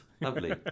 Lovely